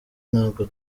ntabwo